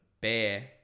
bear